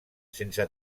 sense